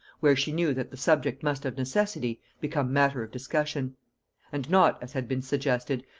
where she knew that the subject must of necessity become matter of discussion and not, as had been suggested,